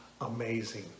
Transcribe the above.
amazing